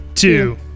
Two